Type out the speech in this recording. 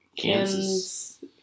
Kansas